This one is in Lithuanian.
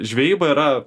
žvejyba yra